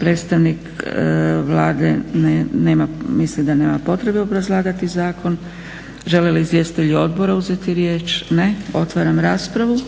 Predstavnik Vlade misli da nema potrebe obrazlagati zakon. Žele li izvjestitelji odbora uzeti riječ? Ne. Otvaram raspravu.